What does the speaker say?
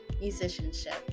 musicianship